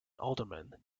alderman